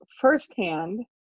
firsthand